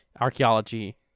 archaeology